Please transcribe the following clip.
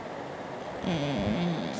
err